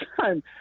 time